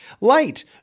Light